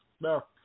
No